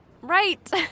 Right